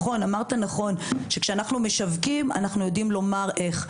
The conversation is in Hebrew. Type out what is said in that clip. אמרת שנכון שכאשר אנחנו משווקים אנחנו יודעים לומר איך.